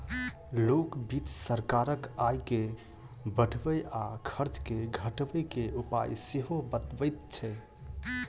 लोक वित्त सरकारक आय के बढ़बय आ खर्च के घटबय के उपाय सेहो बतबैत छै